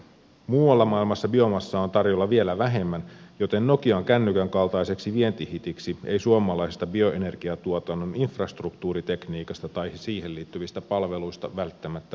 muualla maailmassa biomassaa on tarjolla vielä vähemmän joten nokian kännykän kaltaiseksi vientihitiksi ei suomalaisesta bioenergiatuotannon infrastruktuuritekniikasta tai siihen liittyvistä palveluista välttämättä ole